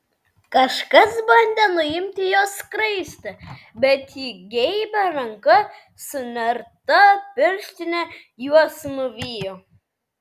kažkas bandė nuimti jos skraistę bet ji geibia ranka su nerta pirštine juos nuvijo